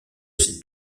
ces